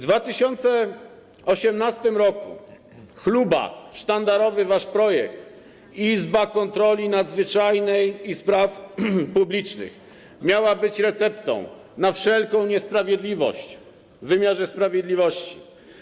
2018 r. - chluba, wasz sztandarowy projekt - Izba Kontroli Nadzwyczajnej i Spraw Publicznych, która miała być receptą na wszelką niesprawiedliwość w wymiarze sprawiedliwości.